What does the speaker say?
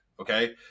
Okay